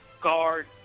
guard